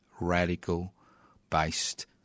radical-based